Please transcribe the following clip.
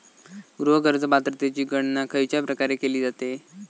गृह कर्ज पात्रतेची गणना खयच्या प्रकारे केली जाते?